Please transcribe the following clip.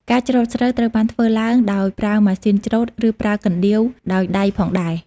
ការច្រូតស្រូវត្រូវបានធ្វើឡើងដោយប្រើម៉ាស៊ីនច្រូត ឬប្រើកណ្តៀវដោយដៃផងដែរ។